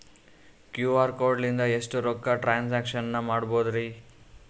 QR code ಲಿಂದ ಎಷ್ಟ ರೊಕ್ಕ ಟ್ರಾನ್ಸ್ಯಾಕ್ಷನ ಮಾಡ್ಬೋದ್ರಿ?